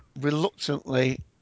reluctantly